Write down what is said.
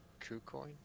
Kucoin